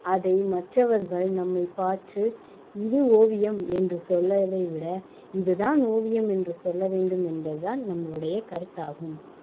அதை மற்றவர்கள் நம்மை பாத்து இது ஓவியம் என்று சொல்வதை விட இது தான் ஓவியம் என்று சொல்ல வேண்டும் என்பது தான் நம்மளுடைய கருத்தாகும்